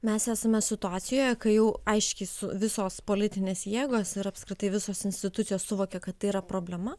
mes esame situacijoje kai jau aiškiai su visos politinės jėgos ir apskritai visos institucijos suvokė kad tai yra problema